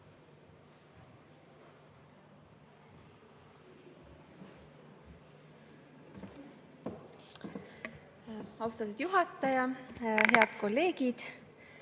Austatud juhataja! Head kolleegid!